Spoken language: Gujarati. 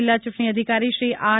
જિલ્લા ચૂંટણી અધિકારી શ્રી આર